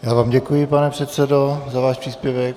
Já vám děkuji, pane předsedo, za váš příspěvek.